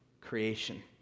creation